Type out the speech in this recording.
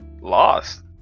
lost